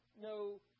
no